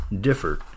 differ